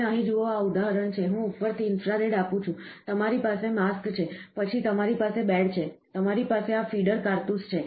તમે અહીં જુઓ આ ઉદાહરણ છે હું ઉપરથી ઇન્ફ્રારેડ આપું છું તમારી પાસે માસ્ક છે પછી તમારી પાસે બેડ છે તમારી પાસે આ ફીડર કારતૂસ છે